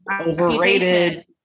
overrated